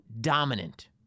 dominant